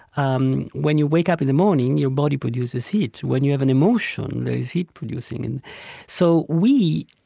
um when you wake up in the morning, your body produces heat. when you have an emotion, there is heat producing. and so we,